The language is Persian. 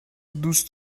دوست